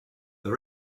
the